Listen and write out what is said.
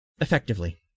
effectively